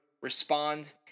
respond